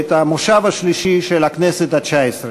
את המושב השלישי של הכנסת התשע-עשרה.